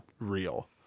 real